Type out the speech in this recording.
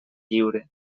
lliure